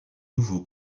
nouveau